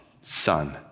son